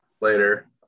later